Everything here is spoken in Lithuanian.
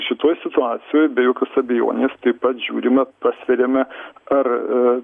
šitoj situacijoj be jokios abejonės taip pat žiūrime pasveriame ar